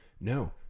no